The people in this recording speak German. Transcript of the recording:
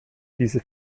diese